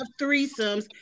threesomes